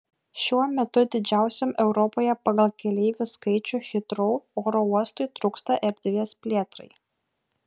šiuo metu didžiausiam europoje pagal keleivių skaičių hitrou oro uostui trūksta erdvės plėtrai